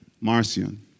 Marcion